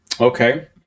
Okay